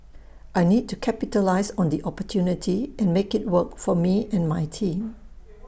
I need to capitalise on the opportunity and make IT work for me and my team